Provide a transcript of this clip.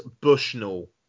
Bushnell